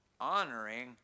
honoring